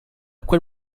quel